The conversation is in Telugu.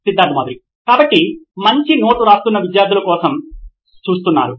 సిద్ధార్థ్ మాతురి CEO నోయిన్ ఎలక్ట్రానిక్స్ కాబట్టి మంచి నోట్ వ్రాస్తున్న విద్యార్థుల కోసం చూస్తున్నారు